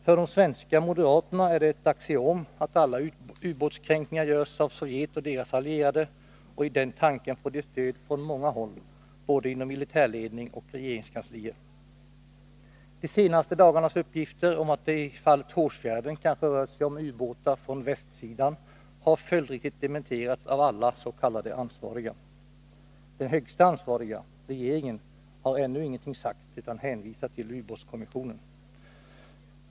För de svenska moderaterna är det ett axiom att alla ubåtskränkningar görs av Sovjet och deras allierade, och i den tanken får de stöd från många håll, inom både militärledningen och regeringskanslierna. De senaste dagarnas uppgifter om att det i fallet Hårsfjärden kanske rört sig om ubåtar från västsidan har följdriktigt dementerats av alla s.k. ansvariga. Den högsta ansvariga, regeringen, har ännu ingenting sagt utan hänvisar till ubåtskommissionen.